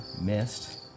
missed